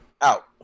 Out